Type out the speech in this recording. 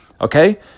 Okay